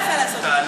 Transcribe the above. לא יפה לעשות את זה.